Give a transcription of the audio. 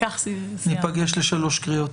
שניפגש לשלוש קריאות.